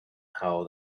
how